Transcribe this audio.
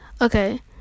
Okay